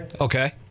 Okay